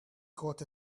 got